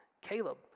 Caleb